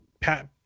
Pat